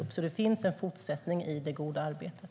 Det finns alltså en fortsättning i det goda arbetet.